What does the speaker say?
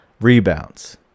rebounds